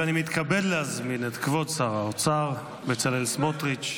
אני מתכבד להזמין את כבוד שר האוצר בצלאל סמוטריץ'